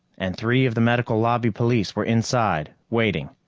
and three of the medical lobby police were inside, waiting.